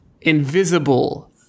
Invisible